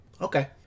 Okay